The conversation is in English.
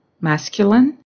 masculine